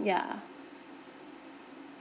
ya